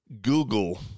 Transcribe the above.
Google